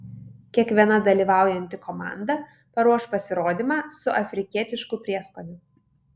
kiekviena dalyvaujanti komanda paruoš pasirodymą su afrikietišku prieskoniu